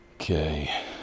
Okay